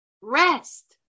Rest